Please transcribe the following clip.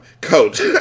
Coach